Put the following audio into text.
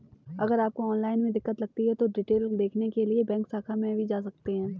अगर आपको ऑनलाइन में दिक्कत लगती है तो डिटेल देखने के लिए बैंक शाखा में भी जा सकते हैं